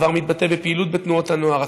הדבר מתבטא בפעילויות בתנועות הנוער,